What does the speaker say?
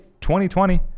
2020